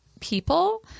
people